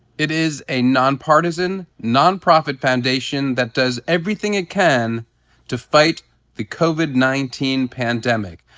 it is a non-partisan, non-profit foundation that does everything it can to fight the covid nineteen pandemic.